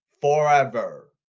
forever